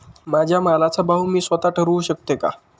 माझ्या मालाचा भाव मी स्वत: ठरवू शकते का?